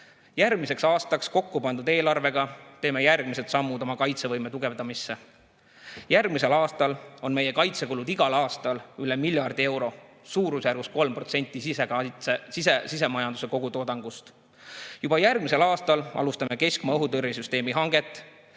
Järgmiseks aastaks kokku pandud eelarvega teeme järgmised sammud oma kaitsevõime tugevdamisse. Järgmisel aastal on meie kaitsekulud igal aastal üle miljardi euro suurusjärgus 3% sisemajanduse kogutoodangust. Juba järgmisel aastal alustame keskmaa õhutõrjesüsteemi hanget,